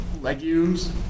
Legumes